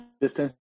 distance